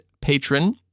patron